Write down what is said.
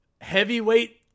heavyweight